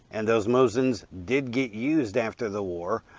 and those mosins did get used after the war.